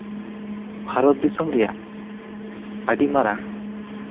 ᱵᱷᱟᱨᱚᱛ ᱫᱤᱥᱚᱢ ᱨᱮᱭᱟᱜ ᱟᱹᱰᱤ ᱢᱟᱨᱟᱝ